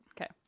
Okay